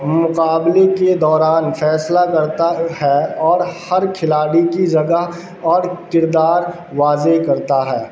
مقابلے کے دوران فیصلہ کرتا ہے اور ہر کھلاڑی کی جگہ اور کردار واضح کرتا ہے